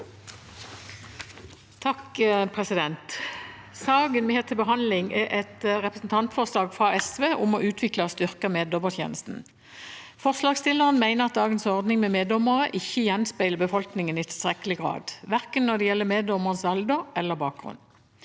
Sa- ken vi har til behandling, er et representantforslag fra SV om å utvikle og styrke meddommertjenesten. Forslagsstillerne mener at dagens ordning med meddommere ikke gjenspeiler befolkningen i tilstrekkelig grad, verken når det gjelder meddommeres alder eller bakgrunn.